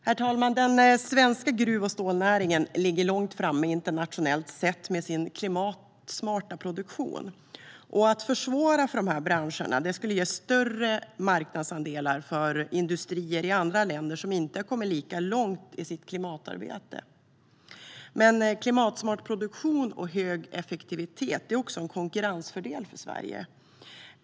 Herr talman! Den svenska gruv och stålnäringen ligger långt framme internationellt sett med sin klimatsmarta produktion. Att försvåra för dessa branscher skulle ge större marknadsandelar för industrier i andra länder som inte har kommit lika långt i sitt klimatarbete. Men klimatsmart produktion och hög effektivitet är också en konkurrensfördel för Sverige.